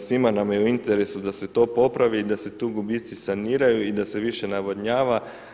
Svima nam je u interesu da se to popravi i da se tu gubici saniraju i da se više navodnjava.